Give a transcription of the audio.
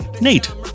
Nate